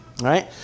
Right